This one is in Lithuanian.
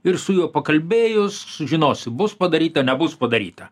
ir su juo pakalbėjus sužinosi bus padaryta nebus padaryta